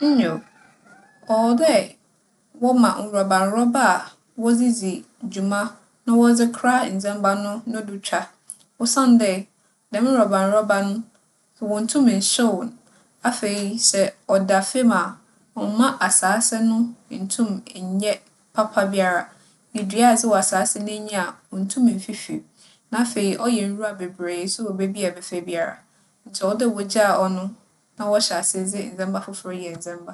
Ho hia paa dɛ obiara bͻdwen adwen pa kyɛn dɛ ͻbͻdwen adwen bͻn. Osiandɛ sɛ obiara wͻ adwen pa na ͻgye dzi dɛ biribiara bɛyɛ yie a, adzekor no bɛyɛ yie ama no. Na mbom sɛ ͻnngye nndzi dɛ biribiara bͻkͻ tͻͻtsee ama no a, na kyerɛ dɛ, dza ͻnngye nndzi no so, ͻbɛba mu. Ntsi dza ebͻdwen biara no, ͻno na ͻyɛ hͻ. Ntsi ͻwͻ dɛ obiara dwen adwen pa wͻ biribi biara a ͻbɛyɛ ho.